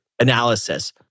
analysis